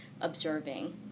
observing